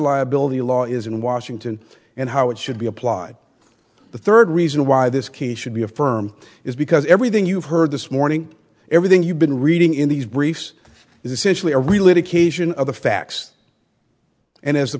liability law is in washington and how it should be applied the third reason why this case should be a firm is because everything you've heard this morning everything you've been reading in these briefs is essentially a real it occasion of the facts and as